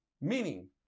meaning